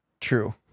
True